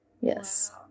Yes